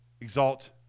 Exalt